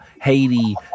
Haiti